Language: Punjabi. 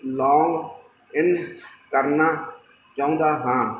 ਲੌਂਗਇਨ ਕਰਨਾ ਚਾਹੁੰਦਾ ਹਾਂ